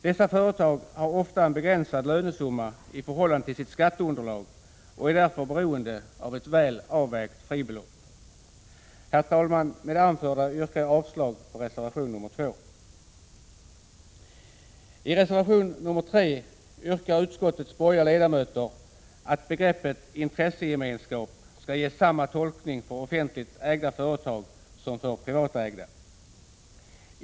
Dessa företag har ofta en begränsad lönesumma i förhållande till sitt skatteunderlag och är därför beroende av ett väl avvägt fribelopp. Herr talman! Med det anförda yrkar jag avslag på reservation nr 2. I reservation nr 3 yrkar utskottets borgerliga ledamöter att begreppet intressegemenskap skall ges samma tolkning för offentligt ägda företag som för privatägda.